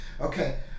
okay